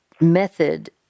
method